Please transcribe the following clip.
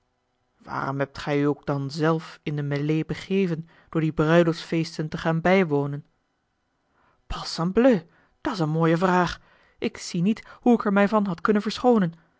waarom hebt gij u ook dan zelf in de mêlée begeven door die bruiloftsfeesten te gaan bijwonen palsambleu dat's eene mooie vraag ik zie niet hoe ik er mij van had kunnen verschoonen